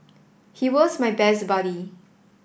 he was my best buddy